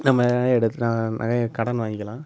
நம்ம எடுத்துக்கலாம் நகையை கடன் வாங்கிக்கலாம்